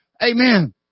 Amen